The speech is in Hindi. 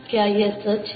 क्या ये सच है